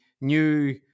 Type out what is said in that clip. new